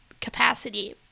capacity